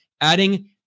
adding